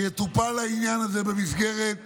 שהעניין הזה יטופל במסגרת